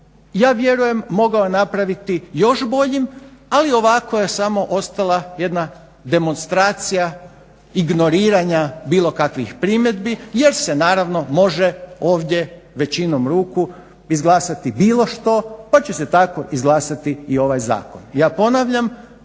ja vjerujem mogao napraviti još boljim, ali ovako je samo ostala jedna demonstracija ignoriranja bilo kakvih primjedbi jer se naravno može ovdje većinom ruku izglasati bilo što. Pa će se tako izglasati i ovaj zakon.